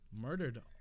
Murdered